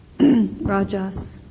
Rajas